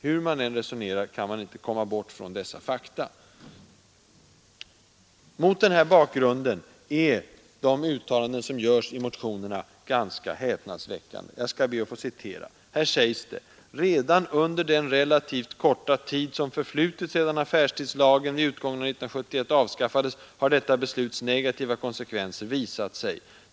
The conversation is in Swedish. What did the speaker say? Hur man än resonerar kan man inte komma bort från dessa fakta. Mot den här bakgrunden är de uttalanden som görs i motionerna ganska häpnadsväckande. Jag skall be att få citera. I motionen 220 heter det: ”Redan under den relativt korta tid som förflutit sedan affärstidslagen vid utgången av 1971 avskaffades har detta besluts negativa konsekvenser visat sig.